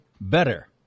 better